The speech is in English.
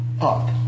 Up